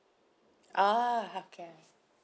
ah okay